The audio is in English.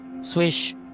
Swish